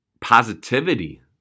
positivity